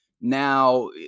now